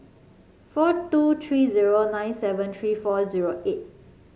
four two three zero nine seven three four zero eight